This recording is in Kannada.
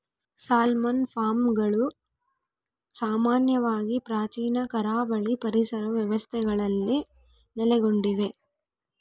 ಸಾಲ್ಮನ್ ಫಾರ್ಮ್ಗಳು ಸಾಮಾನ್ಯವಾಗಿ ಪ್ರಾಚೀನ ಕರಾವಳಿ ಪರಿಸರ ವ್ಯವಸ್ಥೆಗಳಲ್ಲಿ ನೆಲೆಗೊಂಡಿವೆ